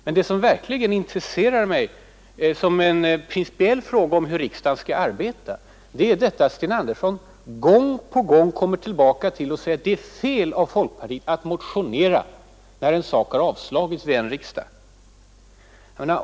Men det som verkligen intresserar mig, som en principiell fråga om hur riksdagen skall arbeta, är att Sten Andersson gång på gång kommer tillbaka och säger: Det är fel av folkpartiet att motionera när ett yrkande har avslagits vid en tidigare riksdag.